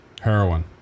Heroin